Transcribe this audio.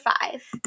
five